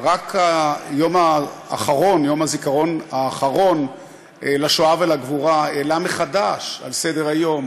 יום הזיכרון האחרון לשואה ולגבורה העלה מחדש על סדר-היום